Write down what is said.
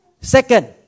Second